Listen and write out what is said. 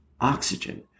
oxygen